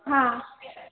हा